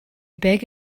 beg